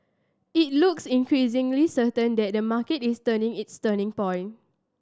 it looks increasingly certain that the market is nearing its turning point